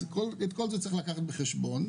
את כל זה צריך לקחת בחשבון.